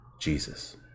Jesus